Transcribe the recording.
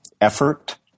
effort